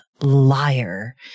LIAR